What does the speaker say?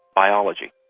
biology,